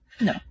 No